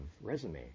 resume